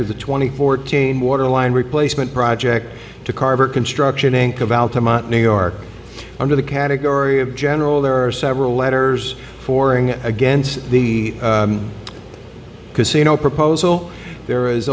of the twenty fourteen water line replacement project to carver construction inc of new york under the category of general there are several letters for and against the casino proposal there is